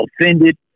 offended